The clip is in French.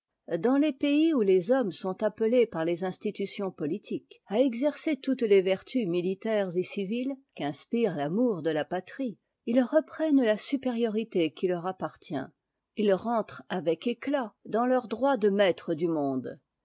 dans les pays où les hommes sont appelés par les institutions politiques à exercer toutes les vertus militaires et civiles qu'inspire l'amour de la patrie ils reprennent la supériorité qui leur appartient ils rentrent avec éclat dans leurs droits de maîtres du mondé